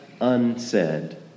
unsaid